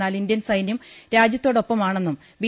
എന്നാൽ ഇന്ത്യൻ സൈന്യം രാജ്യത്തോടൊപ്പമാണെന്നും ബി